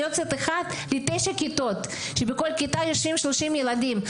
יועצת אחת לתשע כיתות, שבכל כיתה יושבים 30 ילדים.